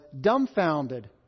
dumbfounded